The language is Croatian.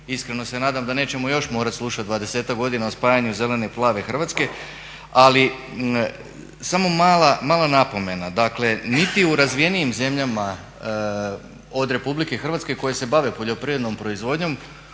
iskreno se nadam da nećemo još morati slušati 20-ak godina o spajanju zelene i plave Hrvatske. Ali samo mala napomena. Dakle, niti u razvijenijim zemljama od RH koje se bave poljoprivrednom proizvodnjom